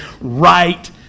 right